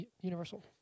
Universal